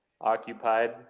occupied